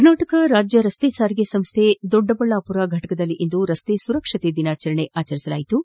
ಕರ್ನಾಟಕ ರಾಜ್ಯ ರಸ್ತೆ ಸಾರಿಗೆ ಸಂಸ್ಥ ದೊಡ್ಡಬಳ್ಳಾಮರ ಘಟಕದಲ್ಲಿಂದು ರಸ್ತೆ ಸುರಕ್ಷತೆ ದಿನಾಚರಣೆ ಆಚರಿಸಲಾಯಿತು